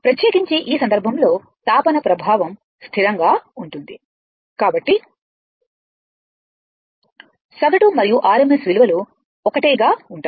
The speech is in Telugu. ప్రత్యేకించి ఈ సందర్భంలో తాపన ప్రభావం స్థిరంగా ఉంటుంది కాబట్టి సగటు మరియు RMS విలువలు ఒకటేగా ఉంటాయి